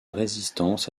résistance